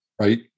Right